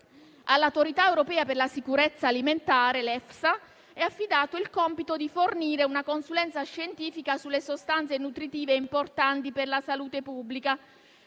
All'Autorità europea per la sicurezza alimentare (EFSA) è affidato il compito di fornire una consulenza scientifica sulle sostanze nutritive importanti per la salute pubblica,